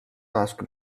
ask